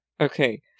Okay